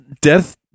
death